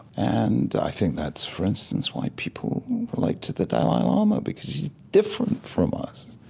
and i think that's, for instance, why people relate to the dalai lama. because he's different from us.